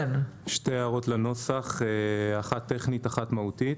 שתי הערות לנוסח, אחת טכנית, אחת מהותית.